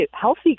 healthy